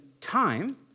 time